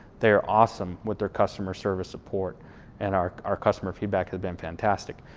they're awesome with their customer service support and our our customer feedback has been fantastic.